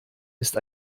ist